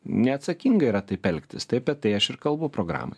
neatsakinga yra taip elgtis tai apie tai aš ir kalbu programoj